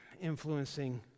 influencing